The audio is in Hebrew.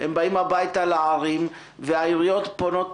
הם באים הביתה לערים והעיריות פונות